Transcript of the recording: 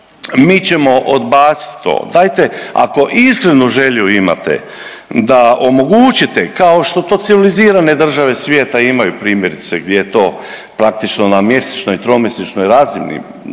mi ćemo odbaciti to. Dajte ako iskrenu želju imate da omogućite kao što to civilizirane države svijeta imaju primjerice gdje je to praktično na mjesečnoj, tromjesečnoj razini